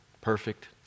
perfect